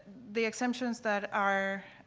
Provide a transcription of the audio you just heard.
the exemptions that are